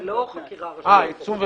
זה לא חקירה --- עיצום.